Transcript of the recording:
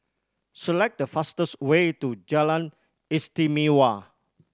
select the fastest way to Jalan Istimewa